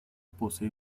posee